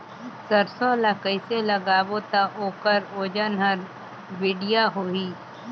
सरसो ला कइसे लगाबो ता ओकर ओजन हर बेडिया होही?